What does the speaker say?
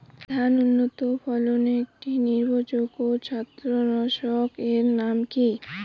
ধান উন্নত ফলনে একটি নির্ভরযোগ্য ছত্রাকনাশক এর নাম কি?